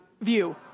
view